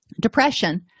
depression